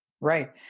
Right